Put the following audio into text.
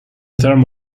term